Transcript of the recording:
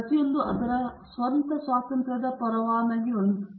ಪ್ರತಿಯೊಂದೂ ಅದರ ಸ್ವಂತ ಸ್ವಾತಂತ್ರ್ಯದ ಪರವಾಗಿ ಸರಿಹೊಂದುತ್ತದೆ